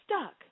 stuck